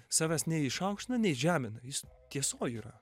savęs nei išaukština nei žemina jis tiesoj yra